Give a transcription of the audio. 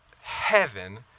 heaven